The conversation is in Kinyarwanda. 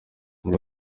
muri